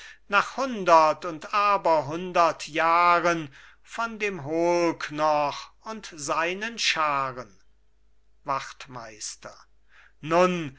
nach hundert und aber hundert jahren von dem holk noch und seinen scharen wachtmeister nun